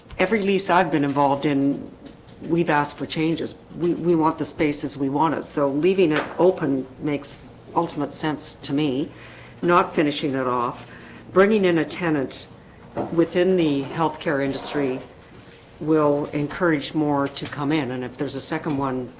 every lease i've been involved in we've asked for changes we we want the space as we want us so leaving it open makes ultimate sense to me not finishing it off bringing in a tenant within the healthcare industry will encourage more to come in and if there's a second one